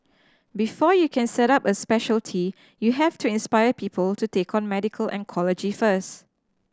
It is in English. before you can set up a speciality you have to inspire people to take on medical oncology first